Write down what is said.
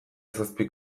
zazpi